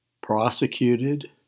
prosecuted